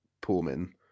Pullman